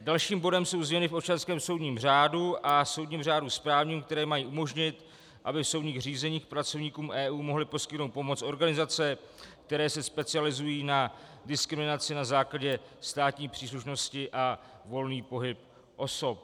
Dalším bodem jsou změny v občanském soudním řádu a soudním řádu správním, které mají umožnit, aby v soudním řízení pracovníkům EU mohly poskytnout pomoc organizace, které se specializují na diskriminaci na základě státní příslušnosti a volný pohyb osob.